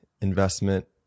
investment